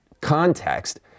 context